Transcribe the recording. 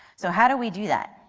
so how do we do that?